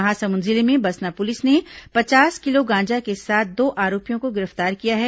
महासमुंद जिले में बसना पुलिस ने पचास किलो गांजा के साथ दो आरोपियों को गिरफ्तार किया है